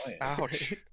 ouch